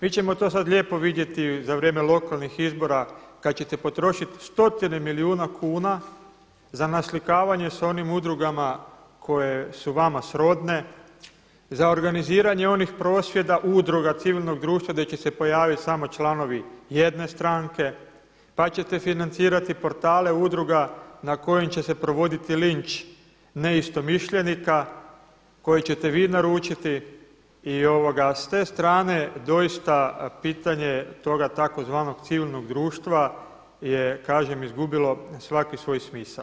Mi ćemo to sada lijepo vidjeti za vrijeme lokalnih izbora kada ćete potrošiti stotine milijuna kuna za naslikavanje sa onim udrugama koje su vama srodne, za organiziranje onih prosvjeda, udruga civilnog društva gdje će se pojaviti samo članovi jedne stranke, pa ćete financirati portale udruga na kojem će se provoditi linč neistomišljenika koji ćete vi naručiti i s te strane doista pitanje je toga tzv. civilnog društva je kažem izgubilo svaki svoj smisao.